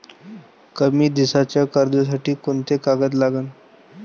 कमी दिसाच्या कर्जासाठी कोंते कागद लागन?